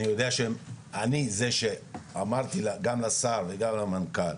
אני יודע שאני זה שאמרתי גם לשר וגם למנכ"ל,